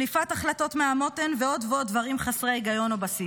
שליפת החלטות מהמותן ועוד ועוד דברים חסרי היגיון ובסיס.